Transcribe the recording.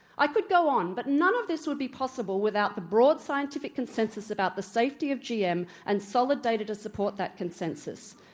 i could go on, but none of this would be possible without the broad scientific consensus about the safety of gm and solidated and support that consensus.